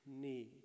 need